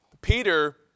Peter